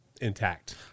intact